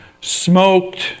smoked